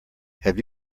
have